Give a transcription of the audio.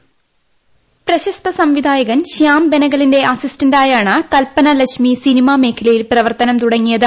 voice പ്രശസ്ത സംവിധായകൻ ശ്യാം ബെനഗലിന്റെ അസിസ്റ്റന്റാ യാണ് കൽപ്പന ലജ്മി സിനിമ മേഖലയിലെ പ്രവർത്തനം തുടങ്ങിയത്